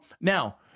Now